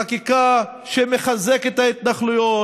חקיקה שמחזקת את ההתנחלויות,